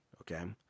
okay